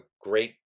great